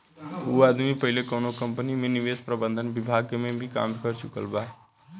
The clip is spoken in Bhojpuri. उ आदमी पहिले कौनो कंपनी में निवेश प्रबंधन विभाग में भी काम कर चुकल बा